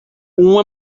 uma